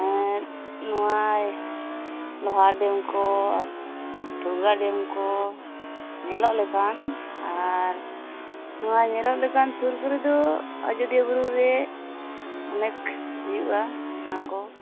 ᱮᱫ ᱱᱚᱣᱟ ᱞᱳᱦᱟᱨ ᱰᱮᱹᱢ ᱠᱚ ᱴᱚᱜᱟ ᱰᱮᱹᱢ ᱠᱚ ᱧᱮᱞᱚᱜ ᱞᱮᱠᱟᱱ ᱟᱨ ᱱᱚᱭᱟ ᱧᱮᱞᱚᱜ ᱞᱮᱠᱟᱱ ᱥᱩᱨ ᱠᱚᱨᱮᱫᱚ ᱟᱡᱚᱫᱤᱭᱟᱹ ᱵᱩᱨᱩ ᱨᱮ ᱚᱱᱮᱠ ᱦᱩᱭᱩᱜᱼᱟ ᱚᱱᱟ ᱠᱚ